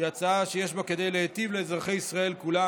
זו הצעה שיש בה כדי להיטיב עם אזרחי ישראל כולם.